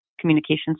communications